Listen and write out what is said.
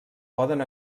poden